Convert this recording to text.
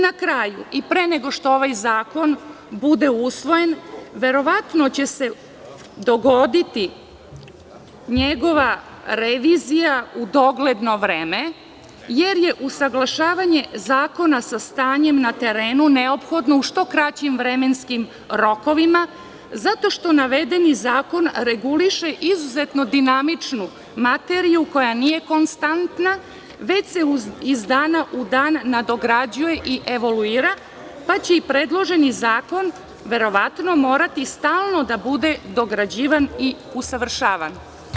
Na kraju, i pre nego što ovaj zakon bude usvojen, verovatno će se dogoditi njegova revizija u dogledno vreme, jer je usaglašavanje zakona sa stanjem na terenu neophodno u što kraćim vremenskim rokovima, zato što navedeni zakon reguliše izuzetno dinamičnu materiju koja nije konstantna, već se iz dana u dan nadograđuje i evoulira pa će i predloženi zakon verovatno morati stalno da bude dograđivan i usavršavan.